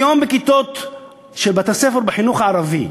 היום בכיתות של בתי-הספר בחינוך הערבי,